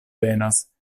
venas